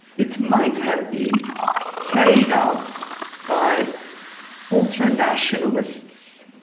it might have been carried out by ultranationalists